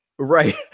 Right